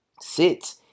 Sit